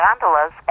gondolas